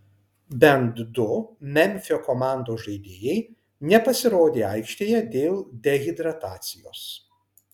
bent du memfio komandos žaidėjai nepasirodė aikštėje dėl dehidratacijos